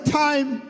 time